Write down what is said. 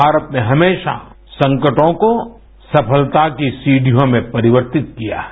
भारत ने हमेशा संकटों को सफलता की सीढियों में परिवर्तित किया है